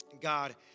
God